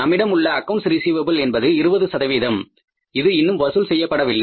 நம்மிடம் உள்ள அக்கவுண்ட்ஸ் ரிஸீவப்பில் என்பது 20 இது இன்னும் வசூல் செய்யப் படவில்லை